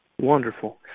wonderful